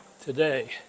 today